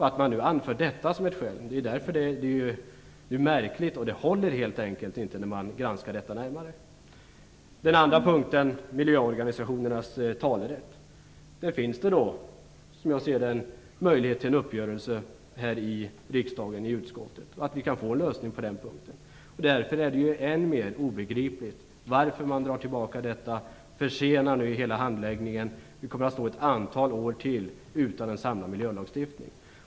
Att nu anföra detta som ett skäl är märkligt, och det håller helt enkelt inte vid en närmare granskning. Angående miljöorganisationernas talerätt finns det en möjlighet att nå en uppgörelse i utskottet så att det blir en lösning på den punkten. Därför är det än mer obegripligt att man drar tillbaka propositionen, vilket försenar hela handläggningen. Vi kommer under ytterligare ett antal år att stå utan en samlad miljölagstiftning.